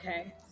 Okay